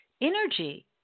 energy